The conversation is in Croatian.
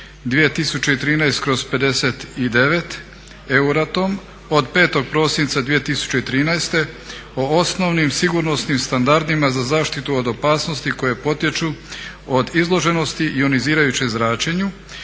2013/59 Euratom od 5. prosinca 2013. o osnovnim sigurnosnim standardima za zaštitu od opasnosti koje potječu od izloženosti ionizirajućem zračenju